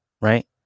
right